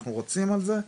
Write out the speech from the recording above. אנחנו רוצים את זה.